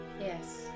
Yes